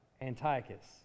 Antiochus